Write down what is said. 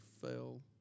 fell